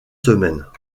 semaines